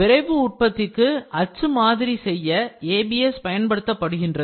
விரைவு உற்பத்திக்கு அச்சு மாதிரி செய்ய ABS பயன்படுத்தப்படுகின்றது